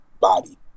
body